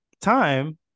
time